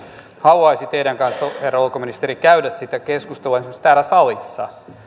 haluaisi teidän kanssanne herra ulkoministeri käydä sitä keskustelua esimerkiksi täällä salissa